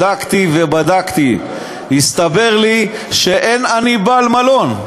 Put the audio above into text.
בדקתי ובדקתי, והסתבר לי שאין עני בעל מלון.